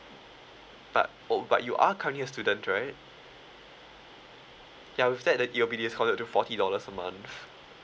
but oh but you are currently a student right ya with that that it will be discounted to forty dollars a month